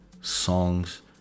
songs